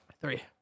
Three